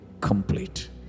complete